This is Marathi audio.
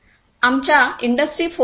आमच्या इंडस्ट्री 4